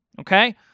Okay